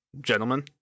Gentlemen